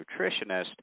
nutritionist